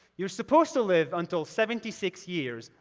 you're supposed to live until seventy six years,